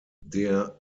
der